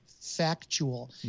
factual